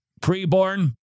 pre-born